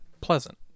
pleasant